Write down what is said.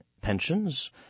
pensions